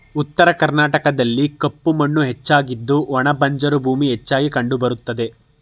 ಉತ್ತರ ಕರ್ನಾಟಕದಲ್ಲಿ ಕಪ್ಪು ಮಣ್ಣು ಹೆಚ್ಚಾಗಿದ್ದು ಒಣ ಬಂಜರು ಭೂಮಿ ಹೆಚ್ಚಾಗಿ ಕಂಡುಬರುತ್ತವೆ